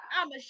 I'ma